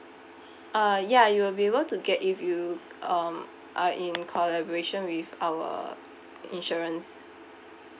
uh ya you'll be able to get if you um are in collaboration with our insurance